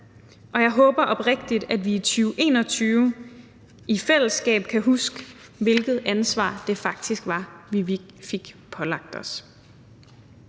og jeg håber oprigtigt, at vi i 2021 i fællesskab kan huske, hvilket ansvar det faktisk var, vi fik pålagt os.